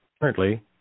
Currently